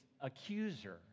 accuser